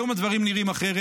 היום הדברים נראים אחרת,